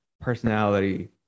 personality